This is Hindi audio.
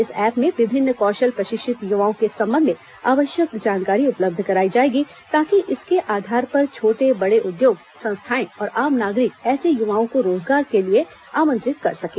इस ऐप में विभिन्न कौशल प्रशिक्षित युवाओं के संबंध में आवश्यक जानकारी उपलब्ध कराई जाएगी ताकि इसके आधार पर छोटे बडे उद्योग संस्थाएं और आम नागरिक ऐसे युवाओं को रोजगार के लिए आमंत्रित कर सकें